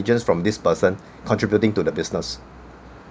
diligence from this person contributing to the business